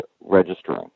registering